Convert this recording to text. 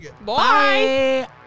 Bye